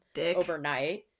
overnight